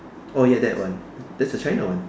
oh ya that one that's a China one